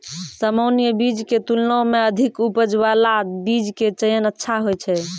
सामान्य बीज के तुलना मॅ अधिक उपज बाला बीज के चयन अच्छा होय छै